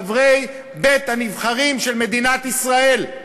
חברי בית-הנבחרים של מדינת ישראל.